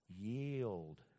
yield